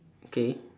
okay